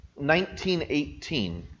1918